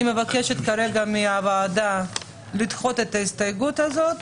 מבקשת כרגע מהוועדה לדחות את ההסתייגות הזאת,